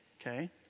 Okay